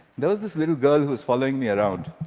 there was this little girl who was following me around.